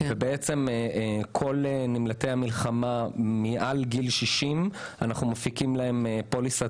לכל נמלטי המלחמה מעל גיל 60 אנחנו מפיקים פוליסת